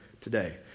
today